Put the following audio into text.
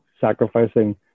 sacrificing